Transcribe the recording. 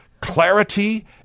clarity